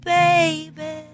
baby